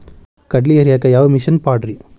ಕಡ್ಲಿ ಹರಿಯಾಕ ಯಾವ ಮಿಷನ್ ಪಾಡ್ರೇ?